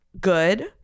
good